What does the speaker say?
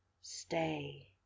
Stay